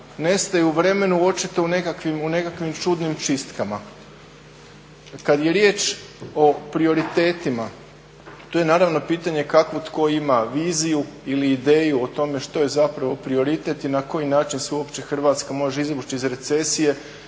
nestaju u vremenu, očito u nekakvim čudnim čistkama. Kad je riječ o prioritetima tu je naravno pitanje kakvu tko ima viziju ili ideju o tome što je zapravo prioritet i na koji način se uopće Hrvatska može izvući iz recesije.